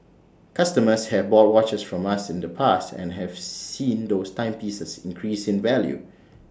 customers have bought watches from us in the past and have seen those timepieces increase in value